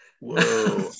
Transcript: Whoa